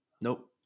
nope